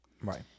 Right